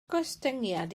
gostyngiad